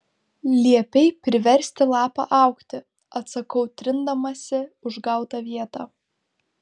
liepei priversti lapą augti atsakau trindamasi užgautą vietą